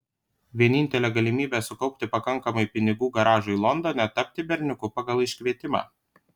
vienintelė galimybė sukaupti pakankamai pinigų garažui londone tapti berniuku pagal iškvietimą